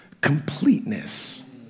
completeness